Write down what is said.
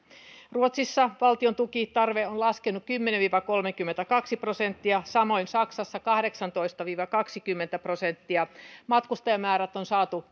ruotsissa valtion tukitarve on laskenut kymmenen viiva kolmekymmentäkaksi prosenttia samoin saksassa kahdeksantoista viiva kaksikymmentä prosenttia matkustajamäärät on saatu